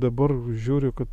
dabar žiūriu kad